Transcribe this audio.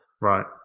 Right